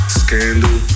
scandal